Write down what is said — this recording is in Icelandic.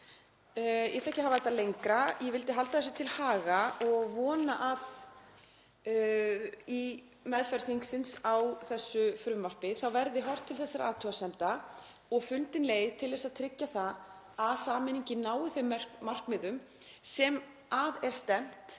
Ég ætla ekki að hafa þetta lengra. Ég vildi halda þessu til haga og vona að í meðferð þingsins á þessu frumvarpi verði horft til þessara athugasemda og fundin leið til þess að tryggja það að sameiningin nái þeim markmiðum sem að er stefnt